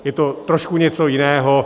Je to trošku něco jiného.